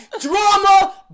Drama